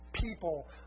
people